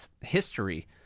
history